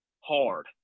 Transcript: hard